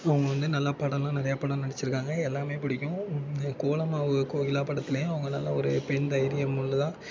அவங்க வந்து நல்லா படம்லாம் நிறைய படம் நடிச்சிருக்காங்க எல்லாமே பிடிக்கும் கோலமாவு கோகிலா படத்திலையும் அவங்க நல்லா ஒரு பெண் தைரியம் உள்ளதா